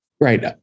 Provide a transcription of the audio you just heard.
Right